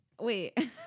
Wait